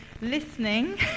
listening